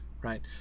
Right